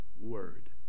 word